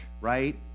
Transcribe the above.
right